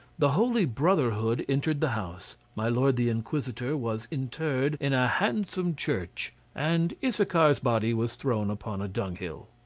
the holy brotherhood entered the house my lord the inquisitor was interred in a handsome church, and issachar's body was thrown upon a dunghill.